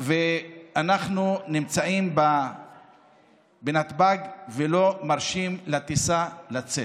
אנחנו נמצאים בנתב"ג ולא מרשים לטיסה לצאת.